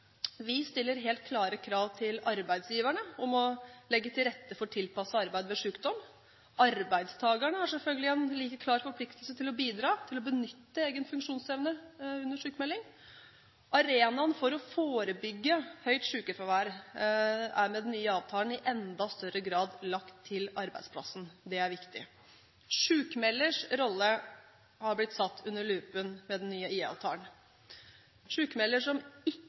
Vi stiller helt klare krav til arbeidsgiverne om å legge til rette for tilpasset arbeid ved sykdom. Arbeidstakerne har selvfølgelig en like klar forpliktelse til å bidra, til å benytte egen funksjonsevne under sykmelding. Arenaen for å forebygge høyt sykefravær er med den nye avtalen i enda større grad lagt til arbeidsplassen. Det er viktig. Sykmelders rolle har blitt satt under lupen med den nye IA-avtalen. Med en sykmelder som ikke